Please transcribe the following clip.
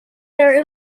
their